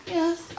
Yes